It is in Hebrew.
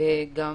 גם